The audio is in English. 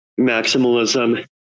maximalism